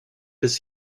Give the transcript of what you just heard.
does